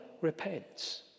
repents